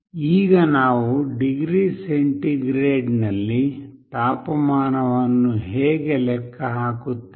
ಈಗ ನಾವು degree centigrade ನಲ್ಲಿ ತಾಪಮಾನವನ್ನು ಹೇಗೆ ಲೆಕ್ಕ ಹಾಕುತ್ತೇವೆ